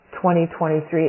2023